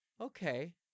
okay